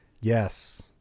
Yes